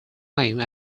name